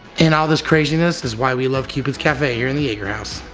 and all this craziness is why we love cupid's cafe here in the yeager house.